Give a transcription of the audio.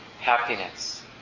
happiness